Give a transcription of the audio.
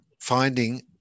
finding